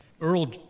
Earl